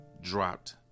dropped